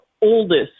oldest